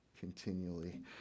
continually